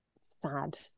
sad